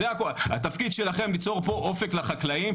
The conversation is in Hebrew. התפקיד שלכם הוא ליצור פה אופק לחקלאים,